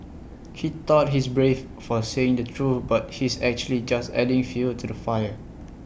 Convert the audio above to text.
he thought he's brave for saying the truth but he's actually just adding fuel to the fire